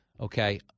okay